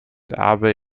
erbe